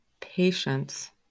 patience